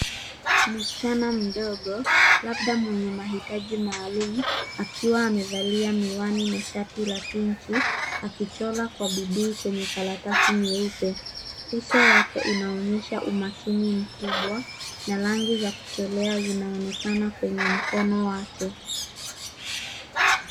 Msichana mdogo labda mwenye mahitaji maalum, akiwa amevalia miwani na shati la pinki, akichora kwa bidii kwenye karatasi nyeupe. Uso wake unaonyesha umakini mkubwa na rangi za kuchorea zinaonekana kwenye mkono wake.